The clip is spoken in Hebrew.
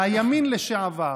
מהימין לשעבר.